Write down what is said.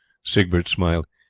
siegbert smiled.